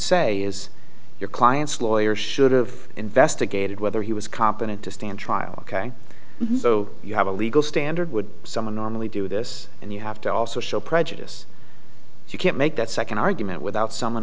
say is your client's lawyer should have investigated whether he was competent to stand trial ok so you have a legal standard would someone normally do this and you have to also show prejudice if you can't make that second argument without someone